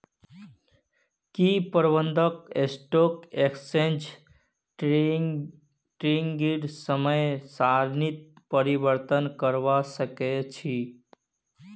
की प्रबंधक stock exchange ट्रेडिंगेर समय सारणीत परिवर्तन करवा सके छी